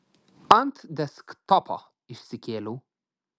ant desktopo išsikėliau